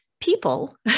people